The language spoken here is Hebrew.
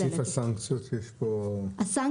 בסעיף הסנקציות יש פה --- מדובר